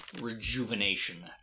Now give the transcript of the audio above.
rejuvenation